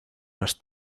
las